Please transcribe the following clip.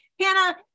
Hannah